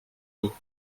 eaux